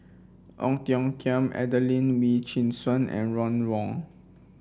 Ong Tiong Khiam Adelene Wee Chin Suan and Ron Wong